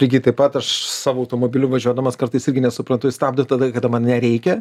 lygiai taip pat aš savo automobiliu važiuodamas kartais irgi nesuprantu jis stabdo tada kada man nereikia